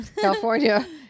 California